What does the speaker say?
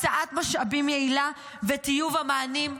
הקצאת משאבים יעילה וטיוב המענים,